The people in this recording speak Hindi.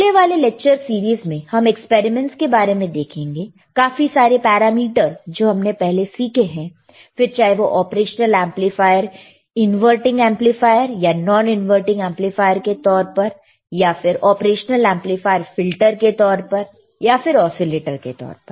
आगे वाले लेक्चर सीरीज में हम एक्सपेरिमेंट्स के बारे में देखेंगे काफी सारे पैरामीटर जो हमने पहले सीखे हैं फिर चाहे वह ऑपरेशनल एमप्लीफायर इनवर्टिंग एमप्लीफायर या नॉन इनवर्टिंग एमप्लीफायर के तौर पर या फिर ऑपरेशनल एमप्लीफायर फिल्टर के तौर पर या फिर ओसीलेटर के तौर पर